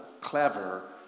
clever